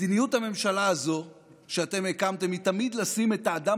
מדיניות הממשלה הזו שאתם הקמתם היא תמיד לשים את האדם